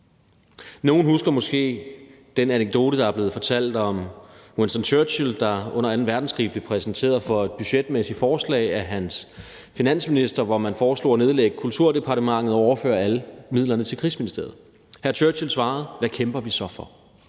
Nogle husker måske den anekdote, der er blevet fortalt om Winston Churchill, der under anden verdenskrig blev præsenteret for et budgetmæssigt forslag af sin finansminister, hvor man foreslog at nedlægge kulturdepartementet og overføre alle midlerne til krigsministeriet. Hr. Churchill svarede: Hvad kæmper vi så for?